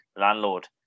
landlord